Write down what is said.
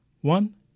One